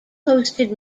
hosted